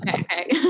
Okay